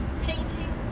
Painting